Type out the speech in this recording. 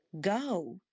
Go